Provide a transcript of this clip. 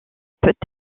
peut